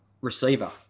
receiver